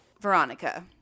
Veronica